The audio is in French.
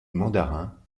mandarin